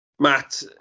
Matt